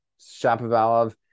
Shapovalov